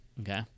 Okay